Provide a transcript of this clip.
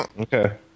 Okay